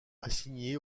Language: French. assigné